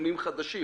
הפרטיות?